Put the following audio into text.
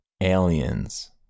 aliens